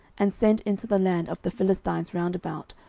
and sent into the land of the philistines round about,